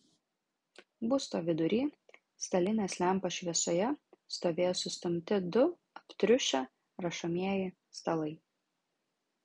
būsto vidury stalinės lempos šviesoje stovėjo sustumti du aptriušę rašomieji stalai